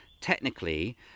technically